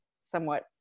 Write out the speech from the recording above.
somewhat